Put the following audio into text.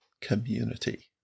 community